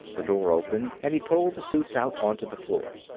the door opened and he pulled the suits out onto the floor.